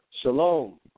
Shalom